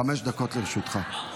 חמש דקות לרשותך.